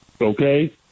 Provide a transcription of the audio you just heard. okay